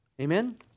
Amen